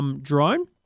drone